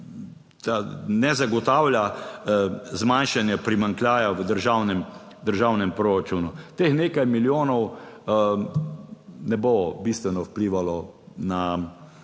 ne zagotavlja zmanjšanja primanjkljaja v državnem proračunu. Teh nekaj milijonov ne bo bistveno vplivalo na